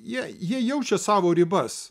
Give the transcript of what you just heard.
jie jie jaučia savo ribas